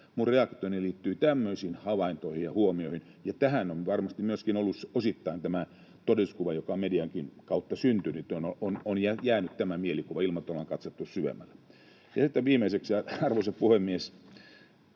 Minun reaktioni liittyy tämmöisiin havaintoihin ja huomioihin, ja tähän on varmasti myöskin osittain tämä todellisuuskuva, mielikuva, joka on mediankin kautta syntynyt, jäänyt, ilman että on katsottu syvemmälle. Ja sitten viimeiseksi, arvoisa puhemies,